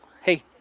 Hey